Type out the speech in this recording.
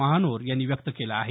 महानोर यांनी व्यक्त केलं आहे